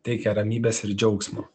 teikia ramybės ir džiaugsmo